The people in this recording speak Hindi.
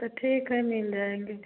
तो ठीक है मिल जाएँगे